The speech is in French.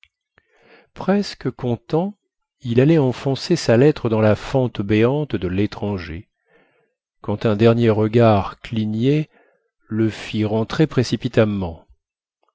presque content il allait enfoncer sa lettre dans la fente béante de létranger quand un dernier regard cligné le fit rentrer précipitamment